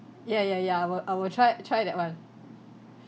ya ya ya I will I will try try that one